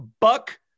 buck